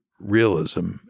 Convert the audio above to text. realism